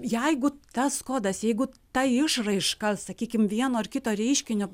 jeigu tas kodas jeigu ta išraiška sakykim vieno ar kito reiškinio